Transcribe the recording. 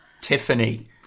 Tiffany